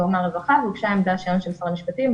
גורמי הרווחה והוגשה העמדה שלנו של משרד המשפטים,